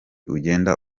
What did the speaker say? ugenda